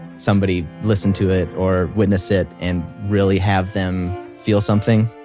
somebody listen to it or witness it and really have them feel something,